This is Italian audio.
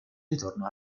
ritorno